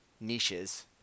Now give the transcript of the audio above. niches